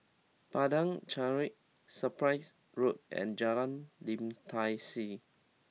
Padang Chancery Cyprus Road and Jalan Lim Tai See